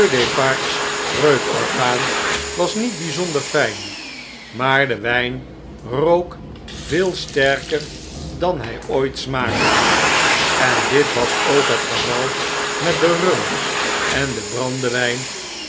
defarge's reukorgaan was niet bijzonder fijn maar de wijnrookveel sterker dan h j ooit smaakte en dit was ook het geval met de rum en den brandewjn